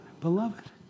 Beloved